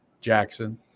Jackson